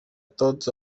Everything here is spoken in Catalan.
tots